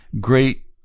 great